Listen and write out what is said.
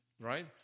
right